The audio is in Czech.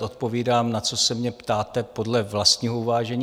Odpovídám, na co se mě ptáte, podle vlastního uvážení.